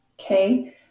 okay